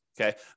Okay